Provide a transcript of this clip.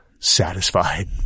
satisfied